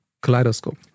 kaleidoscope